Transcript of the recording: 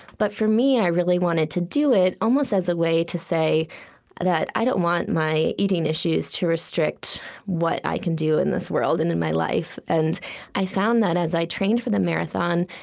but for me, i really wanted to do it, almost as a way to say that i don't want my eating issues to restrict what i can do in this world and in my life. and i found that as i trained for the marathon,